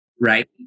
right